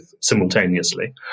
simultaneously